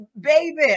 baby